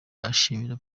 ashimira